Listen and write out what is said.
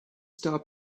stop